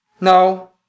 No